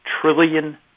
trillion